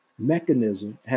mechanism